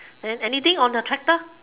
then anything on the tractor